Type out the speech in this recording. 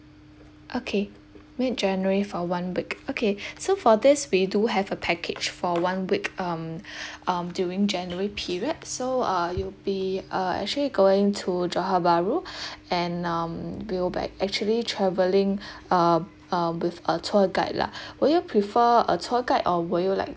okay mid january for one week okay so for this we do have a package for one week um um during january period so uh you'll be uh actually going to johor bahru and um you'll be actually travelling uh uh with a tour guide lah will you prefer a tour guide or will you like